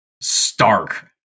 stark